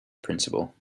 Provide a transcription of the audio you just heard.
principal